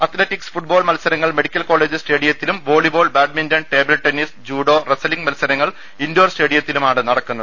athletics football മത്സരങ്ങൾ medical college സ് റ്റേഡിയത്തിലും volleyball badminton table tennis judo wrestling മത്സരങ്ങൾ ഇൻഡോർ സ്റ്റേഡിയത്തിലുമാണ് നടക്കുന്നത്